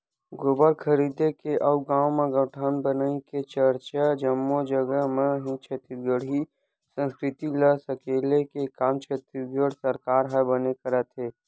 गोबर खरीदे के अउ गाँव म गौठान बनई के चरचा जम्मो जगा म हे छत्तीसगढ़ी संस्कृति ल सकेले के काम छत्तीसगढ़ सरकार ह बने करत हे